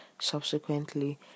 subsequently